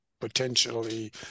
potentially